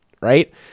right